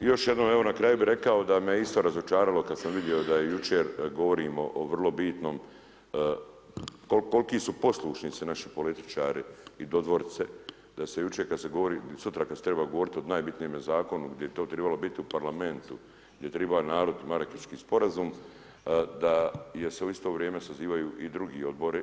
I još jednom evo na kraju bi rekao da me isto razočaralo kad sam vidio da je jučer govorimo o vrlo bitnom kolki su poslušnici naši političari i dodvorice da se jučer kad se govori sutra kad se treba govoriti o najbitnijem zakonu gdje je to trebalo biti u parlamentu gdje je triba narod Marakeški sporazum, da je se u isto vrijeme sazivaju i drugi odbori